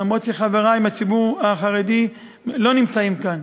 למרות שחברי מהציבור החרדי לא נמצאים כאן: